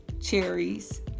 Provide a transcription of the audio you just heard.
cherries